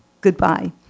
goodbye